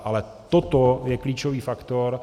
Ale toto je klíčový faktor.